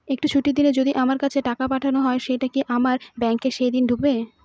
একটি ছুটির দিনে যদি আমার কাছে টাকা পাঠানো হয় সেটা কি আমার ব্যাংকে সেইদিন ঢুকবে?